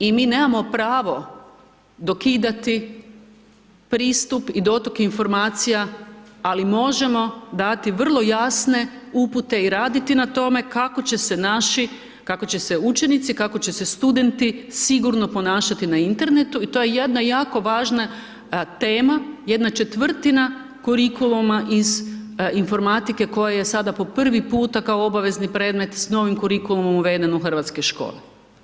I mi nemamo pravo dokidati pristup i dotok informacija li možemo dati vrlo jasne upute i raditi na tome kako će se naši, kako će učenici, kako će se studenti sigurno ponašati na internetu i to je jedna jako važna tema, 1/4 kurikuluma iz informatike koja je sada po prvi puta kao obavezni predmet s novim kurikulumom uveden u hrvatske škole.